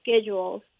schedules